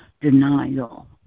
denial